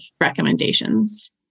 recommendations